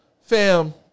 fam